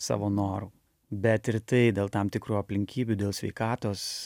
savo noru bet ir tai dėl tam tikrų aplinkybių dėl sveikatos